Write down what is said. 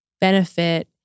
benefit